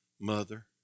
mother